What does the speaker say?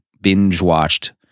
binge-watched